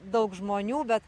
daug žmonių be